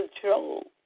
control